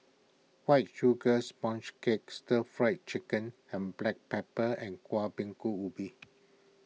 White Sugar Sponge Cake Stir Fry Chicken with Black Pepper and Kuih Bingka Ubi